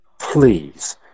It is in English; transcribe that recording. please